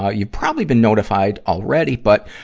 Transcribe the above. ah you've probably been notified already, but,